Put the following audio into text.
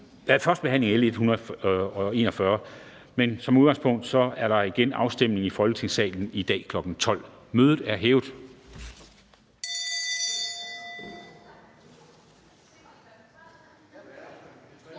af lovforslag nr. L 141. Men som udgangspunkt er der igen afstemning i Folketingssalen i dag kl. 12.00. Mødet er hævet.